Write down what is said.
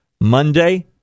Monday